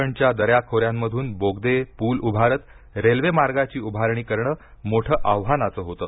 कोकणच्या दऱ्याखोऱ्यांमधून बोगदे पूल उभारत रेल्वे मार्गाची उभारणी करणं मोठं आव्हानाचं होतं